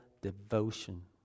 devotion